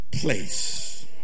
Place